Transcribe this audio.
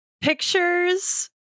pictures